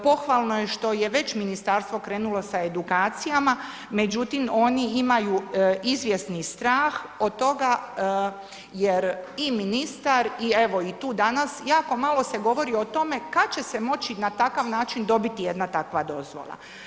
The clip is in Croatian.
Pohvalno je što je već ministarstvo krenulo sa edukacijama, međutim oni imaju izvjesni strah od toga jer i ministar i evo, tu danas jako malo se govori o tome kad će se moći na takav način dobiti jedna takva dozvola.